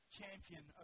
champion